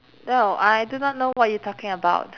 no I do not know what you talking about